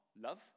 love